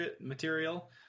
material